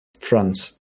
France